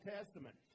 Testament